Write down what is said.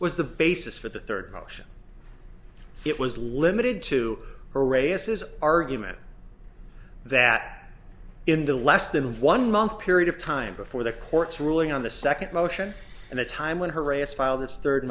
was the basis for the third option it was limited to her raises argument that in the less than one month period of time before the court's ruling on the second motion and the time when harassed filed its third